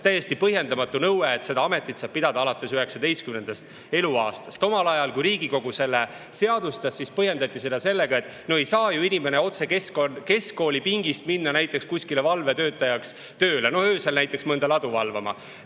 täiesti põhjendamatu nõue, et seda ametit saab pidada alates 19. eluaastast. Omal ajal, kui Riigikogu selle seadustas, põhjendati seda sellega, et no ei saa ju inimene otse keskkoolipingist minna tööle kuskile valvetöötajaks, näiteks öösel mõnda ladu valvama.